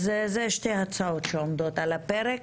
אלה שתי הצעות שעומדות על הפרק